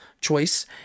choice